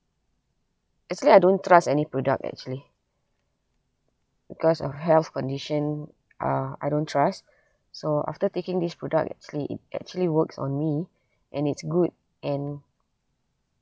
actually I don't trust any product actually because of health condition uh I don't trust so after taking this product actually it actually works on me and it's good and